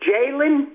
Jalen